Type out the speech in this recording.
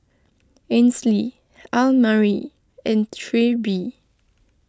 Ainsley Elmire and Trilby